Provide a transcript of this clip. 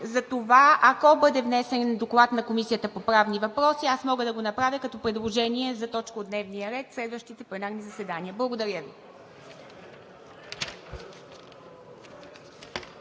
Затова, ако бъде внесен Доклад на Комисията по правни въпроси, аз мога да го направя като предложение за точка от дневния ред на следващите пленарни заседания. Благодаря Ви.